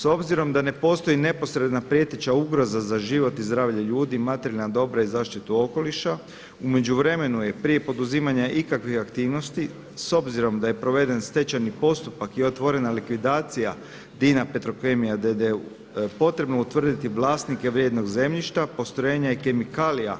S obzirom da ne postoji neposredna prijeteća ugroza za život i zdravlje ljudi, materijalna dobra i zaštitu okoliša, u međuvremenu je prije poduzimanja ikakvih aktivnosti s obzirom da je proveden stečajni postupak i otvorena likvidacija DINA Petrokemija d.d. potrebno utvrditi vlasnike vrijednog zemljišta, postrojenja i kemikalija